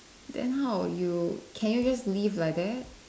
then how you can you just leave like that